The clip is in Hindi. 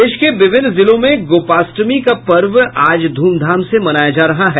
प्रदेश के विभिन्न जिलों में गोपाष्टमी का पर्व आज धूमधाम से मनाया जा रहा है